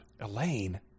Elaine